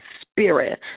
spirit